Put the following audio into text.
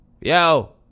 yo